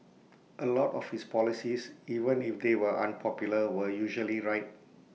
A lot of his policies even if they were unpopular were usually right